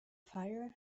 fire